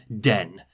den